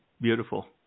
Beautiful